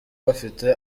bafite